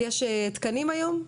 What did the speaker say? יש תקנים היום?